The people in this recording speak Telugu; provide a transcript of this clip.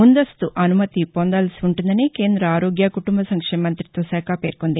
ముందస్తు అనుమతి పొందాల్సి ఉంటుందని కేంద్ర ఆరోగ్య కుటుంబ సంక్షేమ మంతిత్వ శాఖ పేర్కొంది